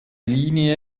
linie